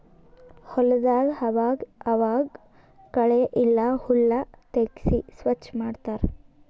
ಹೊಲದಾಗ್ ಆವಾಗ್ ಆವಾಗ್ ಕಳೆ ಇಲ್ಲ ಹುಲ್ಲ್ ತೆಗ್ಸಿ ಸ್ವಚ್ ಮಾಡತ್ತರ್